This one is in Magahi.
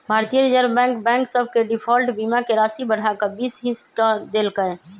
भारतीय रिजर्व बैंक बैंक सभ के डिफॉल्ट बीमा के राशि बढ़ा कऽ बीस हिस क देल्कै